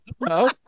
No